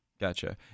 Gotcha